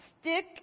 stick